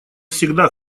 всегда